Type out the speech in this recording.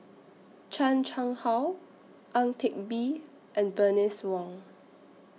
Chan Chang How Ang Teck Bee and Bernice Wong